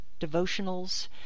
devotionals